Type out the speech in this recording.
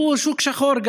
שהוא גם שוק שחור,